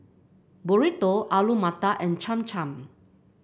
Burrito Alu Matar and Cham Cham